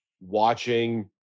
watching